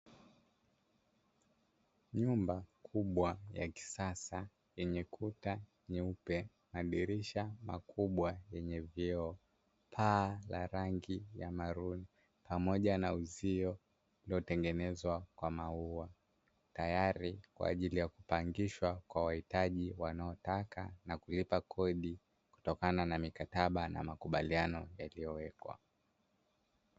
Nyumba kubwa ya kisasa yenye kuta nyeupe, madirisha makubwa yenye vioo, paa la rangi ya maruni, pamoja na uzio ulio tengenezwa kwa maua, tayari kwa ajili ya kupangishwa kwa wahitaji wanaotaka, na kulipa kodi kutokana na mikataba na makubaliano yaliyowekwa.